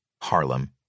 Harlem